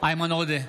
איימן עודה,